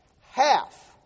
HALF